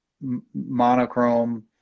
monochrome